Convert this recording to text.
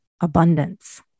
abundance